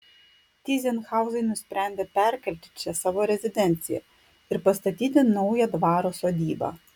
tyzenhauzai nusprendė perkelti čia savo rezidenciją ir pastatyti naują dvaro sodybą